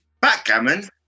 Backgammon